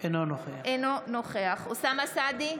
אינו נוכח אוסאמה סעדי,